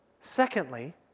Secondly